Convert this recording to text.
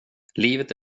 livet